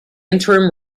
interim